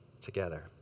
together